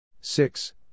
six